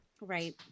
Right